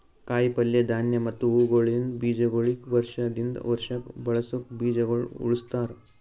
ಕಾಯಿ ಪಲ್ಯ, ಧಾನ್ಯ ಮತ್ತ ಹೂವುಗೊಳಿಂದ್ ಬೀಜಗೊಳಿಗ್ ವರ್ಷ ದಿಂದ್ ವರ್ಷಕ್ ಬಳಸುಕ್ ಬೀಜಗೊಳ್ ಉಳುಸ್ತಾರ್